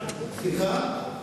סליחה,